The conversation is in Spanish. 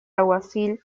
alguacil